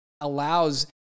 allows